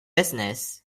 business